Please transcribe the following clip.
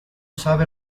sabe